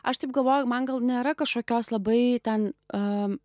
aš taip galvoju man gal nėra kažkokios labai ten a